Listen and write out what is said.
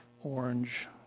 orange